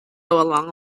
along